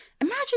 Imagine